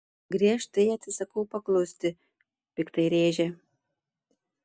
griežtai atsisakau paklusti piktai rėžia